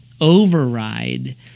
override